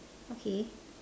okay